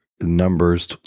numbers